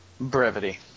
Brevity